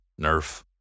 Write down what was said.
Nerf